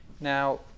Now